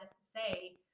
say